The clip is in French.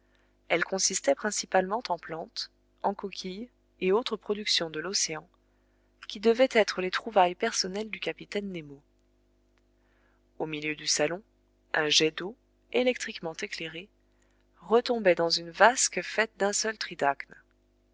elles consistaient principalement en plantes en coquilles et autres productions de l'océan qui devaient être les trouvailles personnelles du capitaine nemo au milieu du salon un jet d'eau électriquement éclairé retombait dans une vasque faite d'un seul